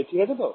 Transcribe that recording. ঠিক আছে তো